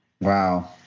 Wow